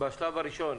בשלב הראשון,